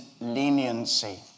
leniency